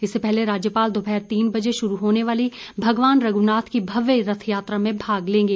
इससे पहले राज्यपाल दोपहर तीन बजे शुरू होने वाली भगवान रघुनाथ की भव्य रथयात्रा में भाग लेंगे